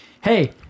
hey